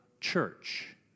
church